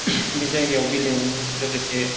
बे जायगायाव बिल्दिंजों लोगोसे